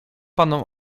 panom